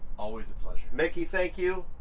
always a pleasure. miki, thank you.